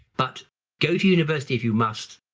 but go to university, if you must,